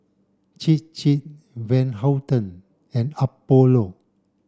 Chir Chir Van Houten and Apollo